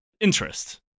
interest